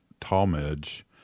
Talmadge